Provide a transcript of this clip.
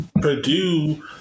Purdue